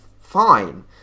fine